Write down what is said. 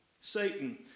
Satan